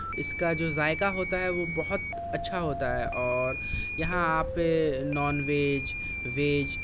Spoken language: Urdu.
اس کا جو ذائقہ ہوتا ہے وہ بہت اچھا ہوتا ہے اور یہاں آپ نانویج ویج